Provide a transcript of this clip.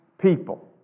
people